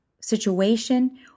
situation